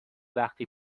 وقتی